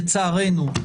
לצערנו,